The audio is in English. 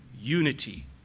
unity